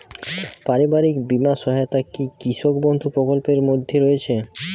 পারিবারিক বীমা সহায়তা কি কৃষক বন্ধু প্রকল্পের মধ্যে রয়েছে?